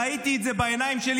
ראיתי את זה בעיניים שלי,